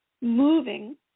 moving